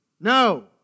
no